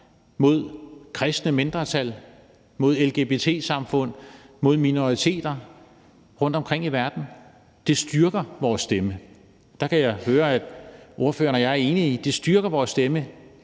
mod kristne mindretal, mod lgbt-samfund og mod minoriteter rundtomkring i verden. Det styrker vores stemme. Der kan jeg høre at ordføreren og jeg er enige. Det styrker præcis vores stemme